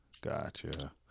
Gotcha